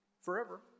forever